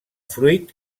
fruit